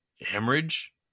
hemorrhage